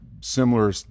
similar